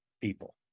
people